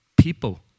people